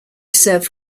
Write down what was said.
served